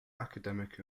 academic